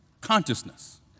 consciousness